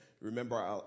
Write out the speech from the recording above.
remember